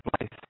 life